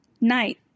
night